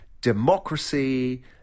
democracy